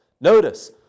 Notice